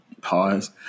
Pause